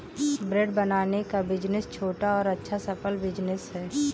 bread बनाने का business छोटा और अच्छा सफल बिज़नेस है